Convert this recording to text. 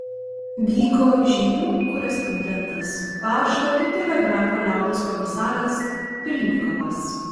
vyko žinių korespondentas pašto ir telegrafo liaudies komisaras pylnikovas